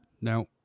Now